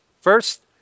First